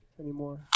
anymore